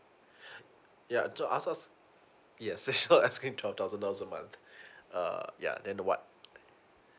yeah to ask yes sure asking twelve thousand dollars a month uh yeah then what